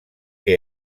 que